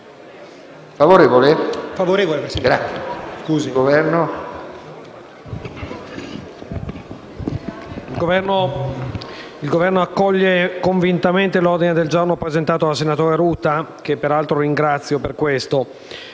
il Governo accoglie convintamente l'ordine del giorno presentato dal senatore Ruta, che ringrazio per questo.